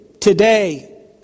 today